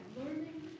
learning